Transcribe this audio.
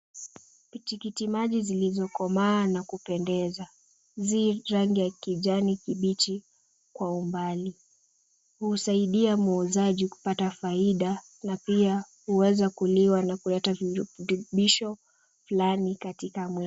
Tikiti maji zilizokomaa na kupendeza zi rangi ya kijani kibichi kwa umbali. Husaidia muuzaji kupata faida na pia huweza kuliwa na kuleta virutubisho fulani katika mwili.